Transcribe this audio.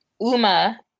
uma